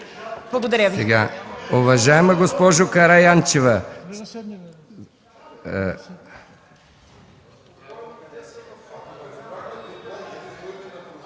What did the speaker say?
Благодаря Ви.